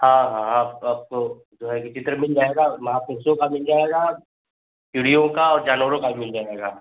हाँ हाँ आप आपको जो है कि चित्र मिल जाएगा महापुरुषों का मिल जाएगा चिड़ियों का और जानवरों का भी मिल जाएगा